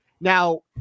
now